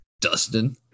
Dustin